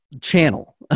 channel